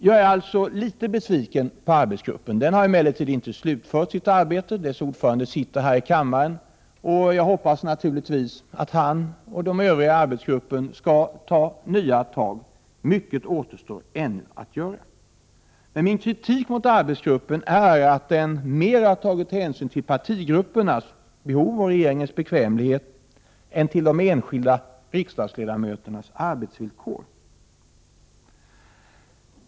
Jag är alltså litet besviken på arbetsgruppen. Den har emellertid ännu inte slutfört sitt arbete. Dess ordförande sitter här i kammaren, och jag hoppas naturligtvis att han och de övriga i arbetsgruppen skall ta nya tag. Mycket återstår ännu att göra. Min kritik mot arbetsgruppen är att den mera har tagit hänsyn till partigruppernas behov och regeringens bekvämlighet än till de enskilda riksdagsledamöternas arbetsvillkor.